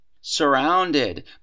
Surrounded